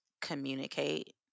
communicate